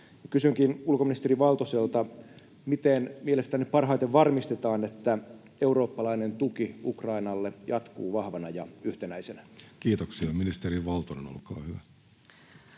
Kysynkin ulkoministeri Valtoselta: miten mielestänne parhaiten varmistetaan, että eurooppalainen tuki Ukrainalle jatkuu vahvana ja yhtenäisenä? Kiitoksia. — Ministeri Valtonen, olkaa hyvä.